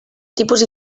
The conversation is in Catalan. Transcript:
tipus